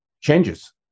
changes